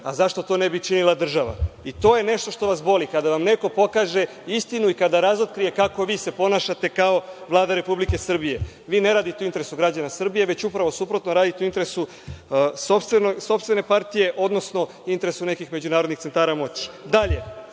a zašto to ne bi činila država? To je nešto što vas boli, kada vam neko pokaže istinu i kada razotkrije kako se vi ponašate kao Vlada Republike Srbije. Vi ne radite u interesu građana Srbije, već upravo suprotno radite u interesu sopstvene partije, odnosno u interesu nekih međunarodnih centara moći. Što